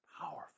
powerful